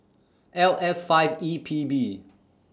L F five E P B